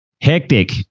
Hectic